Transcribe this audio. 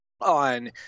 on